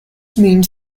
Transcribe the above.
means